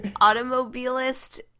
Automobilist